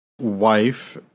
wife